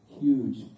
huge